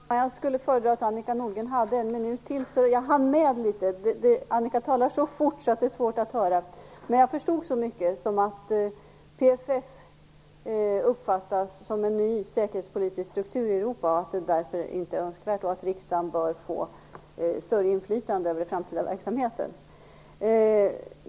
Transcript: Herr talman! Jag skulle föredra att Annika Nordgren hade ytterligare en minuts taletid så att jag hann med att uppfatta vad hon sade. Hon talar så fort att det är svårt att höra vad hon säger. Men jag förstod så mycket som att PFF uppfattas som en ny säkerhetspolitisk struktur i Europa, att PFF därför inte är önskvärt och att riksdagen bör få ett större inflytande över den framtida verksamheten.